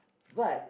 what